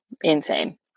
Insane